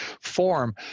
form